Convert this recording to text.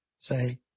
Say